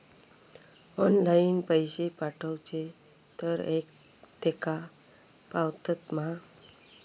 Online पैसे पाठवचे तर तेका पावतत मा?